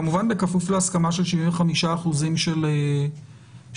כמובן בכפוף להסכמה של 75% של ההורים,